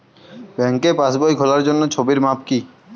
ব্যাঙ্কে পাসবই খোলার জন্য ছবির মাপ কী?